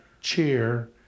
cheer